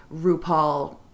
RuPaul